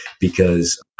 because-